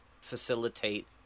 facilitate